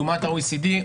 לעומת ה-OECD,